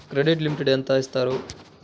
Credit limit ఎంత ఇస్తారు?